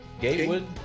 Gatewood